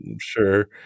sure